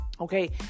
Okay